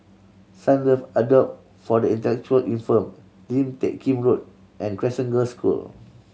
Sunlove Abode for the Intellectually Infirmed Lim Teck Kim Road and Crescent Girls' School